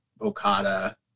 Okada